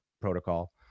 protocol